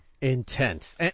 Intense